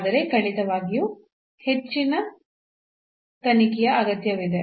ಆದರೆ ಖಂಡಿತವಾಗಿಯೂ ಹೆಚ್ಚಿನ ತನಿಖೆಯ ಅಗತ್ಯವಿದೆ